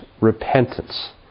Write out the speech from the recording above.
repentance